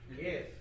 Yes